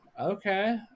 Okay